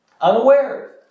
Unaware